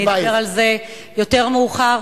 אדבר על זה יותר מאוחר.